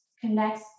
connects